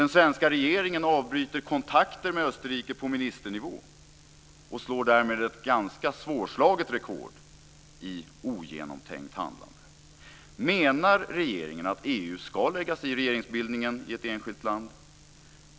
Den svenska regeringen avbryter kontakter med Österrike på ministernivå och slår därmed ett ganska svårslaget rekord i ogenomtänkt handlande. Menar regeringen att EU ska lägga sig i regeringsbildningen i ett enskilt land?